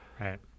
Right